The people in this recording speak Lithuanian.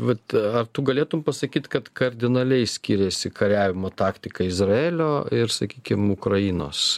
vat ar tu galėtum pasakyt kad kardinaliai skiriasi kariavimo taktika izraelio ir sakykim ukrainos